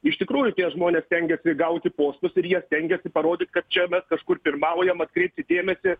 iš tikrųjų tie žmonės stengiasi gauti postus ir jie stengiasi parodyt kad čia mes kažkur pirmaujam atkreipti dėmesį